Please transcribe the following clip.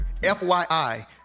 fyi